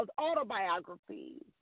autobiographies